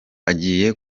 agiye